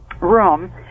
room